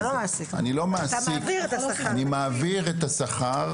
אני לא מעסיק, אני מעביר את השכר,